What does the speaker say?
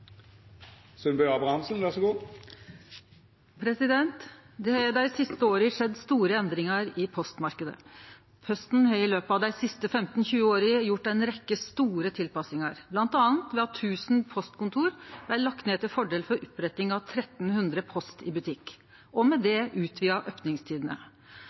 Dei siste åra har det skjedd store endringar i postmarknaden. Posten har i løpet av dei siste 15–20 åra gjort ei rekkje store tilpassingar, bl.a. ved at 1 000 postkontor blei lagde ned til fordel for oppretting av 1 300 Post i Butikk og med det utvida opningstidene.